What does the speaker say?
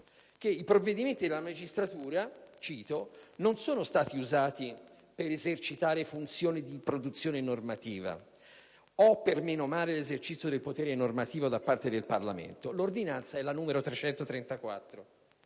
che i provvedimenti della magistratura non sono stati usati per esercitare funzioni di produzione normativa o per menomare l'esercizio del potere normativo da parte del Parlamento. Ho citato l'ordinanza n.